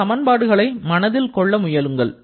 இந்த சமன்பாடுகளை மனதில் கொள்ள முயலுங்கள்